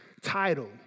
title